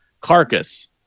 Carcass